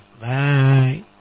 Bye